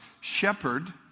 shepherd